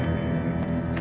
and